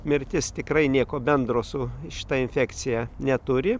mirtis tikrai nieko bendro su šita infekcija neturi